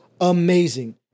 amazing